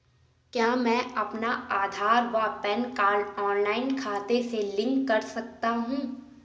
क्या मैं अपना आधार व पैन कार्ड ऑनलाइन खाते से लिंक कर सकता हूँ?